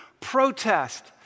protest